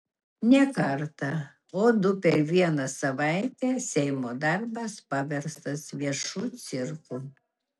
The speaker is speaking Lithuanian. ne kartą o du per vieną savaitę seimo darbas paverstas viešu cirku